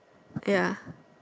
ya